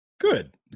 Good